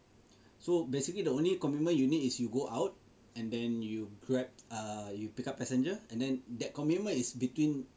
so basically the only commitment you need is you go out and then you grab err you pick up passenger and then that commitment is between